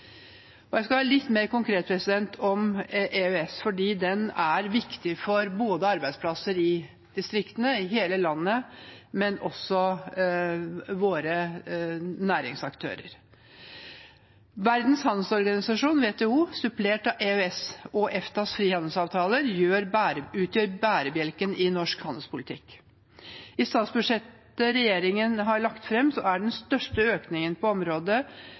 partnere. Jeg skal være litt mer konkret om EØS fordi avtalen er viktig både for arbeidsplasser i distriktene, i hele landet og for våre næringsaktører. Verdens handelsorganisasjon, WTO, supplert av EØS og EFTAs frihandelsavtaler, utgjør bærebjelken i norsk handelspolitikk. I statsbudsjettet som regjeringen har lagt fram, er den største økningen på området